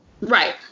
Right